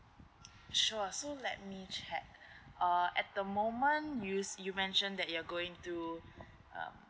sure so let me check uh at the moment you see you mention that you're going to um